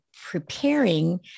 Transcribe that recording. preparing